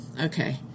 Okay